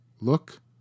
look